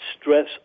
stress